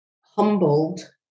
humbled